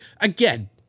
again